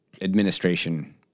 administration